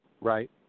Right